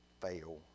fail